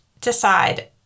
decide